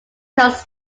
coast